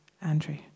andrew